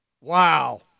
Wow